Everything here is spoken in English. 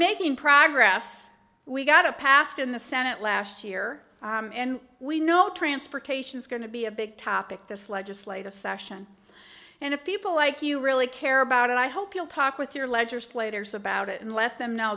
making progress we've got a past in the senate last year and we know transportation is going to be a big topic this legislative session and if people like you really care about it i hope you'll talk with your legislators about it and let them know